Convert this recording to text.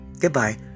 Goodbye